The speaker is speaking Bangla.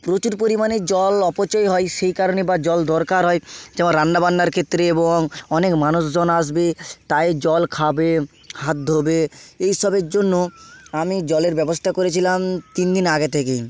প্রচুর পরিমাণে জল অপচয় হয় সেই কারণে বা জল দরকার হয় যেমন রান্নাবান্নার ক্ষেত্রে এবং অনেক মানুষজন আসবে তাই জল খাবে হাত ধোবে এই সবের জন্য আমি জলের ব্যবস্থা করেছিলাম তিন দিন আগে থেকেই